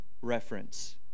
reference